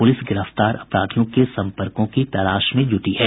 police गिरफ्तार अपराधियों के संपर्कों की तलाश में जुटी है